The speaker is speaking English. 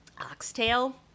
oxtail